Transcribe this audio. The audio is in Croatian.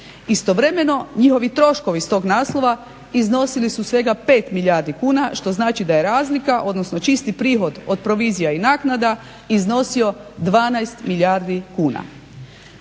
Istovremeno njihovi troškovi s tog naslova iznosili su svega 5 milijardi kuna što znači da je razlika, odnosno čisti prihod od provizija i naknada iznosio 12 milijardi kuna.